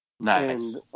Nice